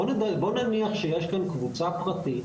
בוא נניח שיש כאן קבוצה פרטית,